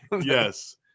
Yes